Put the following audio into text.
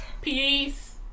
Peace